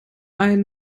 ein